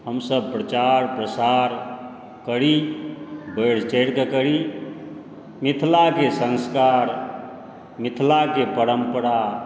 हमसब प्रचार प्रसार करी बढ़ि चढ़िकऽ करी मिथिलाके संस्कार मिथिलाके परम्परा